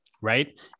Right